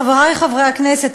חברי חברי הכנסת,